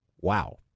Wow